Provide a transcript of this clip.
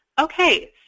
Okay